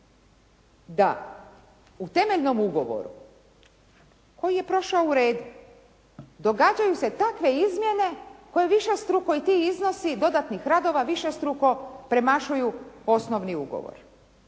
da u temeljnom ugovoru koji je prošao uredu događaju se takve izmjene koje višestruko i ti iznosi dodatnih radova višestruko premašuju osnovni ugovor.